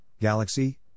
Galaxy